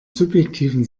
subjektiven